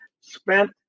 spent